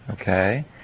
Okay